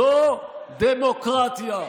זו דמוקרטיה.